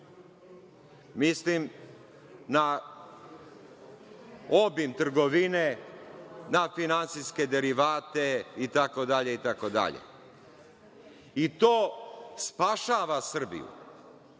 Mislim na obim trgovine, na finansijske derivate itd. I to spašava Srbiju,